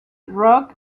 rock